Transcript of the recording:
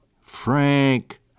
frank